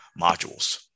modules